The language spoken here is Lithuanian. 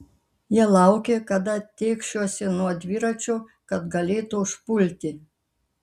jie laukė kada tėkšiuosi nuo dviračio kad galėtų užpulti